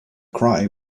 cry